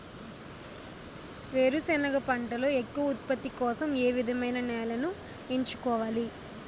వేరుసెనగ పంటలో ఎక్కువ ఉత్పత్తి కోసం ఏ విధమైన నేలను ఎంచుకోవాలి?